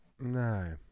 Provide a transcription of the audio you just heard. No